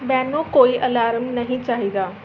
ਮੈਨੂੰ ਕੋਈ ਅਲਾਰਮ ਨਹੀਂ ਚਾਹੀਦਾ